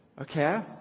Okay